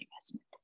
investment